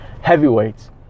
Heavyweights